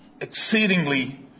exceedingly